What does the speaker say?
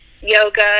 Yoga